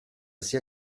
sia